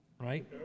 Right